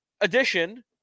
edition